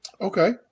Okay